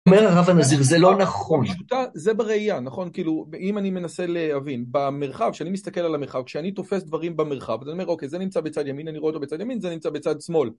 [דובר א'] אומר הרב הנזיר "זה לא נכון". [דובר ב'] זה בראייה, נכון? כאילו, ואם אני מנסה להבין במרחב, כשאני מסתכל על המרחב כשאני תופס דברים במרחב, אז אני אומר, אוקי, זה נמצא בצד ימין, אני רואה אותו בצד ימין, זה נמצא בצד שמאל.